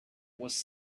was